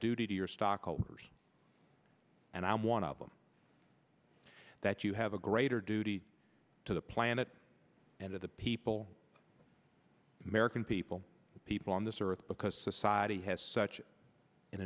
duty to your stockholders and i'm one of them that you have a greater duty to the planet and of the people merican people people on this earth because society has such an